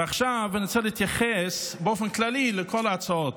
ועכשיו אני רוצה להתייחס באופן כללי לכל ההצעות.